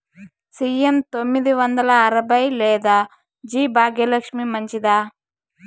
CM తొమ్మిది వందల అరవై లేదా జి భాగ్యలక్ష్మి మంచిదా?